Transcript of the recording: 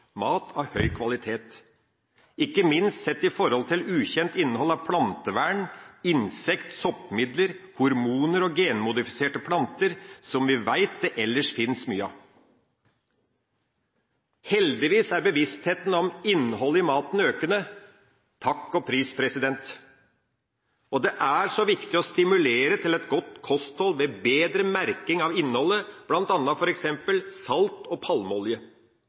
mat av høy kvalitet, ikke minst når det gjelder ukjent innhold av plantevern-, insekt- og soppmidler, hormoner og genmodifiserte planter, som vi vet det ellers finnes mye av. Heldigvis er bevisstheten om innholdet i maten økende – takk og pris. Det er veldig viktig å stimulere til et godt kosthold ved hjelp av bedre merking av innholdet, bl.a. når det gjelder salt og palmeolje.